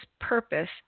purpose